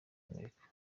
amerika